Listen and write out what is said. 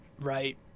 Right